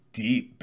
deep